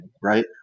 right